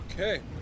Okay